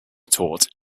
taught